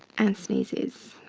and sneezes.